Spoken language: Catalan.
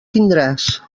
tindràs